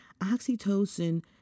Oxytocin